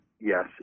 yes